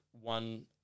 one